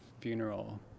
funeral